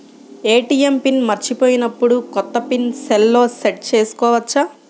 ATM pin మరచిపోయినప్పుడు, కొత్త pin సెల్లో సెట్ చేసుకోవచ్చా?